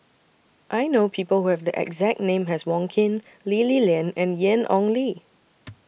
I know People Who Have The exact name as Wong Keen Lee Li Lian and Ian Ong Li